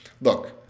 look